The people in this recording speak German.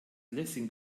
lessing